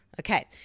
Okay